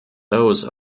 those